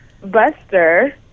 Buster